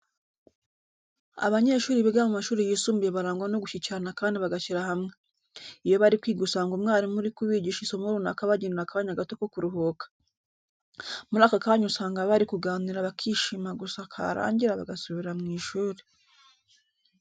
Abanyeshuri biga mu mashuri yisumbuye barangwa no gushyigikirana kandi bagashyira hamwe. Iyo bari kwiga usanga umwarimu uri kubigisha isomo runaka abagenera akanya gato ko kuruhuka. Muri aka kanya usanga bari kuganira bakishima gusa karangira bagasubira mu ishuri.